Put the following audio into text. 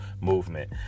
movement